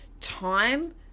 time